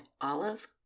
olive